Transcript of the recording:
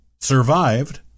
survived